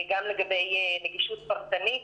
גם לגבי נגישות פרטנית.